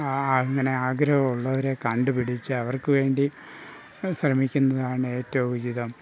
ആ അങ്ങനെ ആഗ്രഹം ഉള്ളവരെ കണ്ടുപിടിച്ച് അവർക്കുവേണ്ടി ശ്രമിക്കുന്നതാണ് ഏറ്റവും ഉചിതം